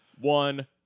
one